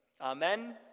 Amen